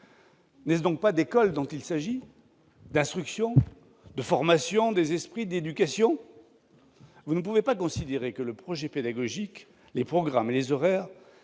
N'est-ce donc pas d'école qu'il s'agit, d'instruction, de formation des esprits, d'éducation ? Vous ne pouvez pas considérer que le projet pédagogique, les programmes et les horaires